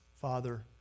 Father